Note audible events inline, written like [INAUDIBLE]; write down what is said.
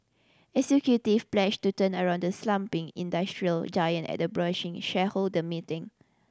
[UNINTELLIGIBLE] pledged to turn around the slumping industrial giant at a brushing shareholder meeting